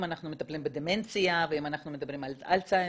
אם אנחנו מטפלים בדמנציה ואם אנחנו מדברים על אלצהיימר,